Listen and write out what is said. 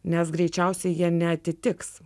nes greičiausiai jie neatitiks